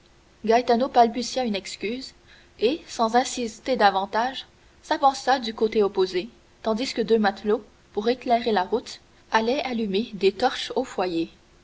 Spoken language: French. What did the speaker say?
balbutia une excuse et sans insister davantage s'avança du côté opposé tandis que deux matelots pour éclairer la route allaient allumer des torches au foyer